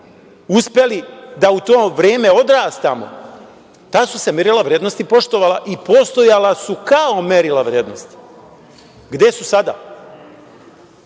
uspeli da u to vreme odrastamo, tad su se merila vrednosti poštovala i postojala su kao merila vrednosti. Gde su sada?